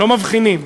לא מבחינים,